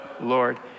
Lord